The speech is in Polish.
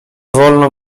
wolno